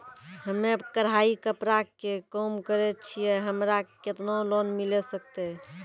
हम्मे कढ़ाई कपड़ा के काम करे छियै, हमरा केतना लोन मिले सकते?